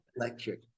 electric